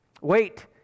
Wait